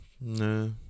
No